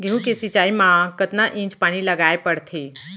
गेहूँ के सिंचाई मा कतना इंच पानी लगाए पड़थे?